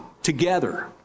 together